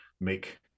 make